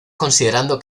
considerando